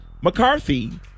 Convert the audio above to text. McCarthy